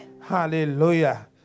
Hallelujah